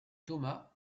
thomas